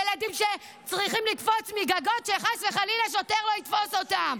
ילדים שצריכים לקפוץ מגגות כדי שחס וחלילה השוטר לא יתפוס אותם.